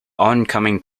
oncoming